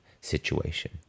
situation